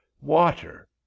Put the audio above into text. water